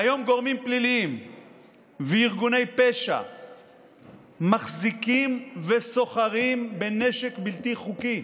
והיום גורמים פליליים וארגוני פשע מחזיקים וסוחרים בנשק בלתי חוקי.